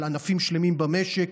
של ענפים שלמים במשק,